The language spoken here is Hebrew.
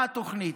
מה התוכנית?